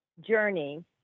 journey